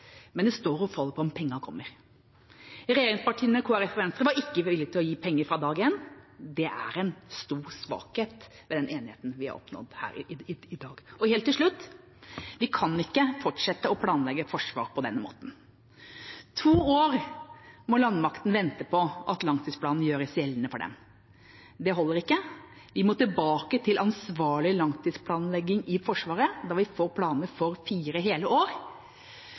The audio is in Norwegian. en stor svakhet ved den enigheten vi har oppnådd her i dag. Vi kan ikke fortsette å planlegge forsvar på den måten. To år må landmakten vente på at langtidsplanen gjøres gjeldende for dem. Det holder ikke. Vi må tilbake til ansvarlig langtidsplanlegging i Forsvaret der vi får planer for fire hele år.